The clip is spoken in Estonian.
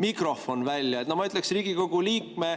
mikrofon välja. No ma ütleks, et Riigikogu liikme